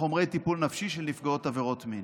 חומרי טיפול נפשי של נפגעות עבירות מין.